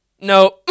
No